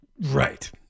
Right